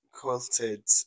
quilted